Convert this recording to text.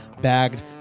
bagged